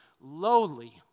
lowly